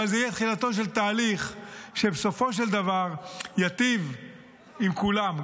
אבל זה יהיה תחילתו של תהליך שבסופו של דבר ייטיב עם כולם,